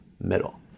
middle